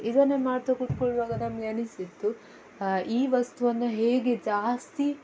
ಇದನ್ನೇ ಮಾಡ್ತಾ ಕೂತ್ಕೊಳ್ಳುವಾಗ ನಮಗೆ ಅನ್ನಿಸಿತ್ತು ಈ ವಸ್ತುವನ್ನು ಹೇಗೆ ಜಾಸ್ತಿ